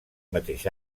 mateix